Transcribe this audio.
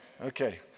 Okay